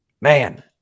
Man